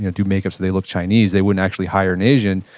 ah do makeup so they look chinese. they wouldn't actually hire an asian.